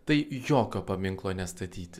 tai jokio paminklo nestatyti